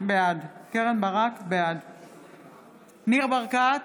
בעד ניר ברקת,